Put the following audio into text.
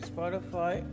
Spotify